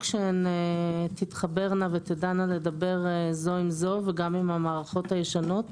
שהן תתחברנה ותדענה לדבר זו עם זו וגם עם המערכות הישנות.